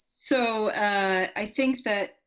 so i think that